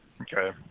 Okay